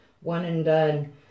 one-and-done